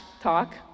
talk